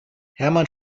hermann